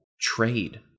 trade